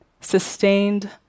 sustained